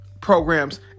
programs